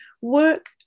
work